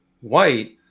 white